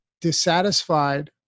dissatisfied